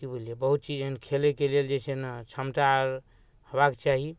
कि बुझलिए बहुत चीज एहन खेलैके लेल जे छै ने क्षमता हेबाक चाही